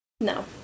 No